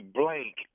blank